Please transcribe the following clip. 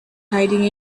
hiding